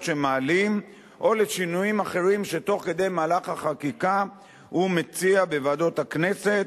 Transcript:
שמעלים או לשינויים אחרים שתוך כדי מהלך החקיקה הוא מציע בוועדות הכנסת,